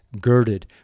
girded